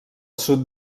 sud